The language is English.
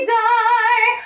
die